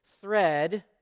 thread